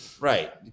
right